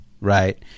right